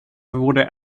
wurde